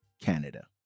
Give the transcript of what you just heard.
Canada